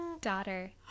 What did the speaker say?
daughter